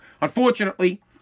Unfortunately